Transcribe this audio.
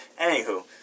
Anywho